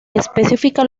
específica